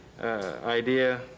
idea